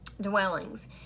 dwellings